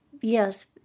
Yes